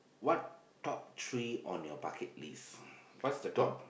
what top three on your bucket list what's the top